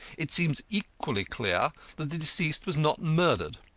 it seems equally clear that the deceased was not murdered.